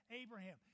Abraham